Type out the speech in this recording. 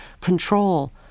control